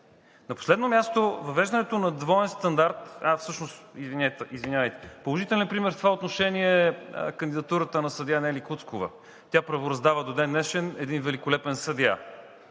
На последно място, въвеждането на двоен стандарт... Всъщност, извинявайте, положителен пример в това отношение е кандидатурата на съдия Нели Куцкова. Тя правораздава до ден днешен – един великолепен съдия.